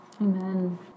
Amen